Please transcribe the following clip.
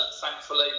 thankfully